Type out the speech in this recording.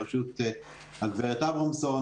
בראשות הגב' אברמזון,